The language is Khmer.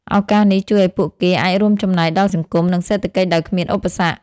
ឱកាសនេះជួយឱ្យពួកគេអាចរួមចំណែកដល់សង្គម និងសេដ្ឋកិច្ចដោយគ្មានឧបសគ្គ។